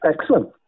Excellent